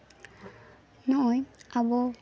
ᱱᱚᱜᱼᱚᱭ ᱟᱵᱚ